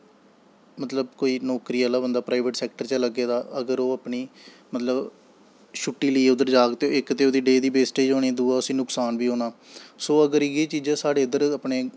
मतलब नौकरी आह्ला बंदा प्राईवेट च ऐ लग्गे दा अगर ओह् अपनी छुट्टी लेइयै उद्धर जाह्ग दे इक ते ओह्दी टैम दी बेस्टेज़ होनी दुआ ओह्दा नुकसान बी होना सो इ'यै चीज़ अगर साढ़े अपने